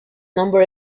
number